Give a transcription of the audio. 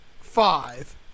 five